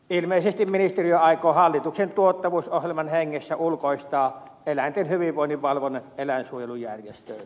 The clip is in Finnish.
ilmeisesti ministeriö aikoo hallituksen tuottavuusohjelman hengessä ulkoistaa eläinten hyvinvoinnin valvonnan eläinsuojelujärjestöille